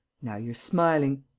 now you're smiling.